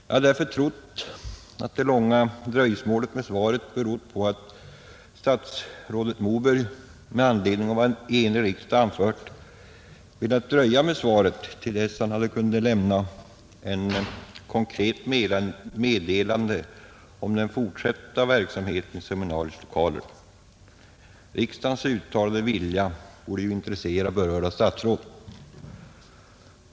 Jag har därför trott att det långa dröjsmålet med svaret berott på att statsrådet Moberg med anledning av vad en enig riksdag anfört velat dröja med svaret till 127 dess att han kunde lämna ett konkret meddelande om den fortsatta verksamheten i seminariets lokaler. Riksdagens uttalade vilja borde ju intressera berörda statsråd.